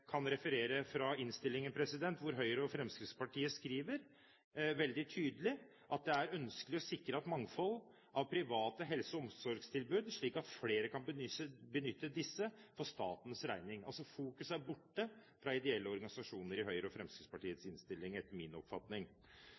kan referere fra innstillingen, hvor Høyre og Fremskrittspartiet skriver veldig tydelig: «Det er derfor ønskelig å sikre et mangfold av private helse- og omsorgstilbud, slik at flere kan benytte disse for statens regning.» Fokuset er altså borte fra ideelle organisasjoner i Høyres og Fremskrittspartiets merknader, etter min oppfatning.